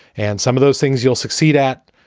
and some of those things you'll succeed at,